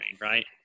right